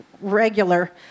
regular